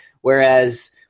whereas –